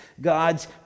God's